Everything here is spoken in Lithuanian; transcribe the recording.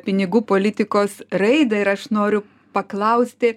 pinigų politikos raidą ir aš noriu paklausti